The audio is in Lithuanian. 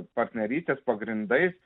partnerystės pagrindais